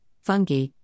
fungi